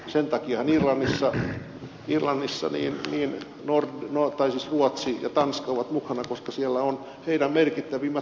sen takiahan irlannissa ruotsi ja tanska ovat mukana koska siellä ovat niiden merkittävimmät pankit